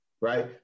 right